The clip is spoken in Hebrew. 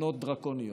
תקנות דרקוניות,